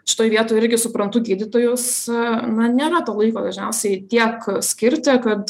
šitoj vietoj irgi suprantu gydytojus na nėra to laiko dažniausiai tiek skirti kad